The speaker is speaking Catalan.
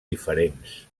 diferents